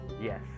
Yes